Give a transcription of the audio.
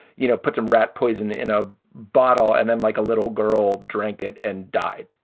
you know, put some rat poison in a bottle and then like a little girl drank it and died